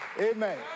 Amen